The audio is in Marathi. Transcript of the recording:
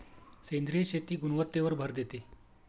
सेंद्रिय शेती गुणवत्तेवर भर देते